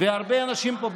והרבה אנשים פה,